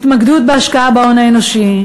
התמקדות בהשקעה בהון האנושי,